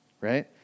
right